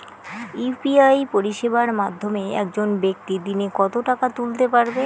UPI পরিষেবার মাধ্যমে একজন ব্যাক্তি দিনে কত টাকা তুলতে পারবে?